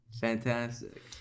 Fantastic